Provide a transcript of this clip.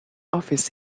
office